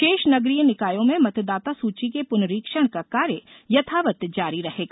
शेष नगरीय निकायों में मतदाता सूची के पुनरीक्षण का कार्य यथावत जारी रहेगा